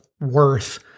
worth